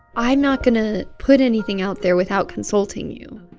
i'm not going to put anything out there without consulting you